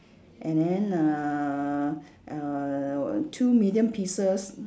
and then uh uh two medium pieces